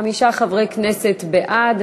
חמישה חברי כנסת בעד.